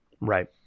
Right